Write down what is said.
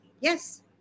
Yes